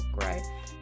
right